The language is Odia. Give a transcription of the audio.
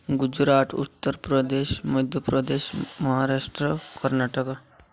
ଗୁଜୁରାଟ ଉତ୍ତରପ୍ରଦେଶ ମଧ୍ୟପ୍ରଦେଶ ମହାରାଷ୍ଟ୍ର କର୍ଣ୍ଣାଟକ